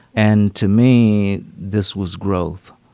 and to me, this was growth.